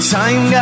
time